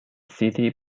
city